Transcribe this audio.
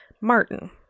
Martin